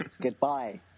Goodbye